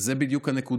וזו בדיוק הנקודה.